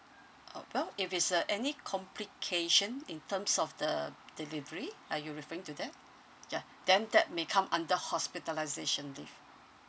uh well if it's uh any complication in terms of the delivery are you referring to that ya then that may come under hospitalisation leave